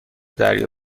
دریا